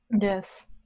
yes